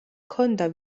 ჰქონდა